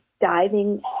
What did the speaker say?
diving